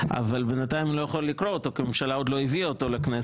אבל בינתיים אני לא יכול לקרוא אותו כי הממשלה עוד לא הביאה אותו לכנסת,